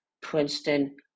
Princeton